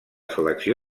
selecció